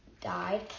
died